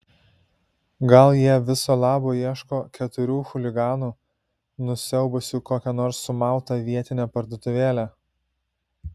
gal jie viso labo ieško keturių chuliganų nusiaubusių kokią nors sumautą vietinę parduotuvėlę